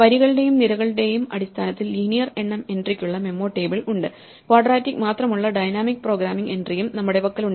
വരികളുടെയും നിരകളുടെയും അടിസ്ഥാനത്തിൽ ലീനിയർ എണ്ണം എൻട്രികളുള്ള മെമ്മോ ടേബിൾ ഉണ്ട് ക്വാഡ്രാറ്റിക് മാത്രമുള്ള ഡൈനാമിക് പ്രോഗ്രാമിംഗ് എൻട്രിയും നമ്മുടെ പക്കലുണ്ട്